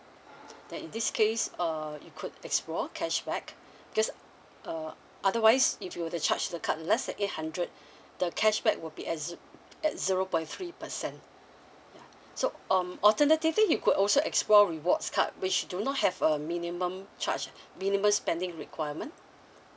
then in this case uh you could explore cashback because uh otherwise if you were to charge the card less than eight hundred the cashback will be at ze~ at zero point three percent ya so um alternatively you could also explore rewards card which do not have a minimum charge minimum spending requirement